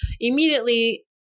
immediately